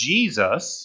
Jesus